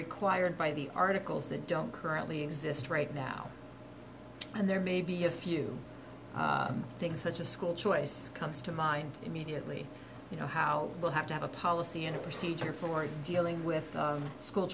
required by the articles that don't currently exist right now and there may be a few things such as school choice comes to mind immediately you know how we'll have to have a policy and a procedure for dealing with school